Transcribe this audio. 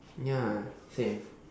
ya same